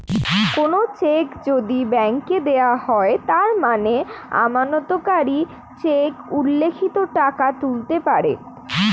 কোনো চেক যদি ব্যাংকে দেওয়া হয় তার মানে আমানতকারী চেকে উল্লিখিত টাকা তুলতে পারে